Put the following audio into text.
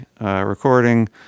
recording